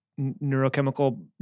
neurochemical